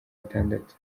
atandatu